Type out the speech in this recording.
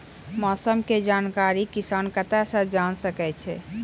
मौसम के जानकारी किसान कता सं जेन सके छै?